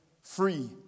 free